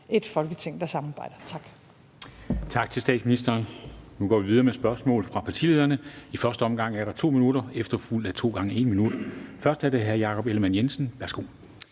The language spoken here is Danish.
(Henrik Dam Kristensen): Tak til statsministeren. Så går vi videre med spørgsmål fra partilederne. I første omgang er der 2 minutter, efterfulgt af to gange 1 minut. Først er det hr. Jakob Ellemann-Jensen. Værsgo.